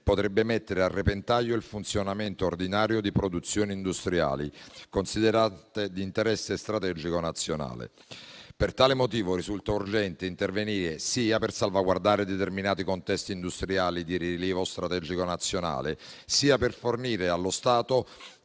potrebbe mettere a repentaglio il funzionamento ordinario di produzioni industriali considerate di interesse strategico nazionale. Per tale motivo risulta urgente intervenire, sia per salvaguardare determinati contesti industriali di rilievo strategico nazionale, sia per fornire allo Stato